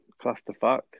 clusterfuck